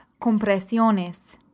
compresiones